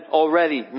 already